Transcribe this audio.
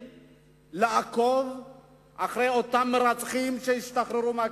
לעקוב אחרי אותם מרצחים שישתחררו מהכלא.